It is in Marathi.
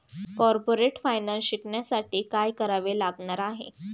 कॉर्पोरेट फायनान्स शिकण्यासाठी काय करावे लागणार आहे?